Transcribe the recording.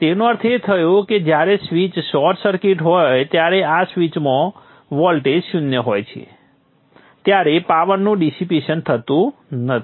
તેનો અર્થ એ થયો કે જ્યારે સ્વિચ શોર્ટ સર્કિટ હોય ત્યારે આ સ્વિચમાં વોલ્ટેજ શૂન્ય હોય ત્યારે પાવરનું ડિસીપેશન થતું નથી